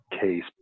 case